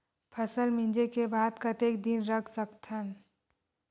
फसल मिंजे के बाद कतेक दिन रख सकथन?